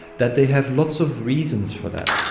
that they have lots of reasons for that.